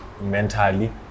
mentally